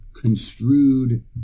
construed